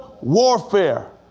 warfare